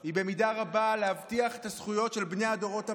היא במידה רבה כדי להבטיח את הזכות של בני הדורות הבאים,